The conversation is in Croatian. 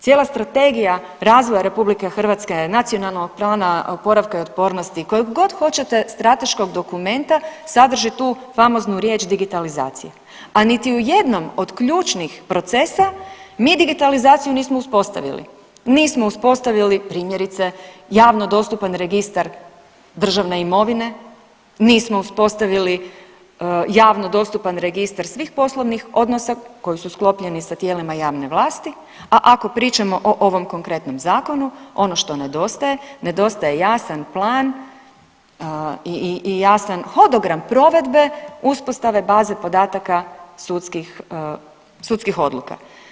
Cijela Strategija razvoja RH, NPOO, kojeg god hoćete strateškog dokumenta sadrži tu famoznu riječ digitalizacije, a niti u jednom od ključnih procesa mi digitalizaciju nismo uspostavili, nismo uspostavili primjerice javno dostupan registar državne imovine, nismo uspostavili javno dostupan registar svih poslovnih odnosa koji su sklopljeni sa tijelima javne vlasti, a ako pričamo o ovom konkretnom zakonu ono što nedostaje nedostaje jasan plan i jasan hodogram provedbe uspostave baze podataka sudskih, sudskih odluka.